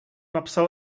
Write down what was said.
napsal